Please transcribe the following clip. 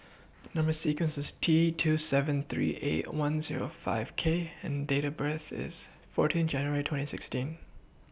Number sequence IS T two seven three eight one Zero five K and Date of birth IS fourteen January twenty sixteen